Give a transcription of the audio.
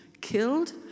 killed